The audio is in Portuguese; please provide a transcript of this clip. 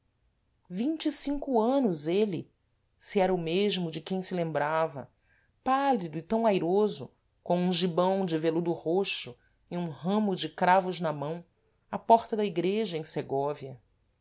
vinte e cinco anos êle se era o mesmo de quem se lembrava pálido e tam airoso com um gibão de veludo roxo e um ramo de cravos na mão à porta da igreja em segóvia